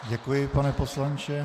Děkuji, pane poslanče.